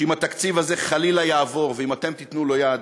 שאם התקציב הזה חלילה יעבור, ואם אתם תיתנו לו יד,